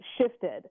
shifted